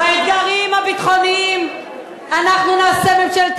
באתגרים הביטחוניים אנחנו נעשה ממשלת